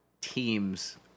teams